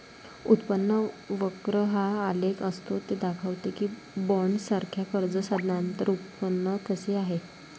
उत्पन्न वक्र हा आलेख असतो ते दाखवते की बॉण्ड्ससारख्या कर्ज साधनांवर उत्पन्न कसे आहे